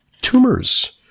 tumors